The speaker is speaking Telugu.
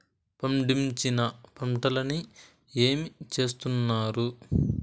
పండించిన పంటలని ఏమి చేస్తున్నారు?